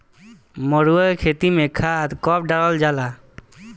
मरुआ के खेती में खाद कब डालल जाला?